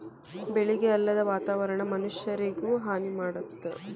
ಬೆಳಿಗೆ ಅಲ್ಲದ ವಾತಾವರಣಾ ಮನಷ್ಯಾರಿಗು ಹಾನಿ ಮಾಡ್ತತಿ